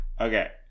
Okay